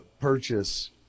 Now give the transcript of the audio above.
purchase